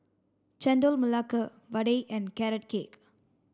Chendol Melaka Vadai and carrot cake